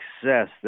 success